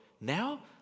Now